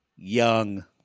young